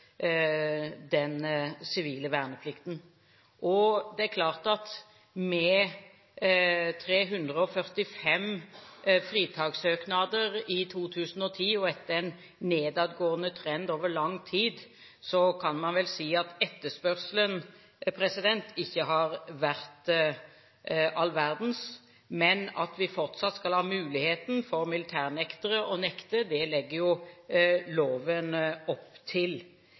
den sivile verneplikten. Det er klart at med 345 fritakssøknader i 2010 og etter en nedadgående trend over lang tid kan man vel si at etterspørselen ikke har vært all verdens, men loven legger jo opp til at militærnektere fortsatt skal ha muligheten til å nekte.